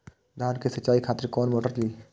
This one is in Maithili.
धान के सीचाई खातिर कोन मोटर ली?